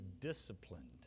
disciplined